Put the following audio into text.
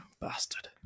bastard